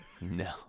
No